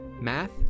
Math